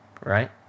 right